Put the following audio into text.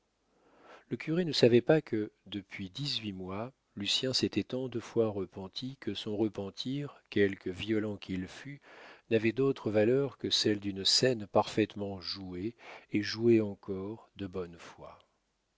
le curé ne savait pas que depuis dix-huit mois lucien s'était tant de fois repenti que son repentir quelque violent qu'il fût n'avait d'autre valeur que celle d'une scène parfaitement jouée et jouée encore de bonne foi